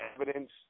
evidence